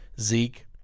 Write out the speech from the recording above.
Zeke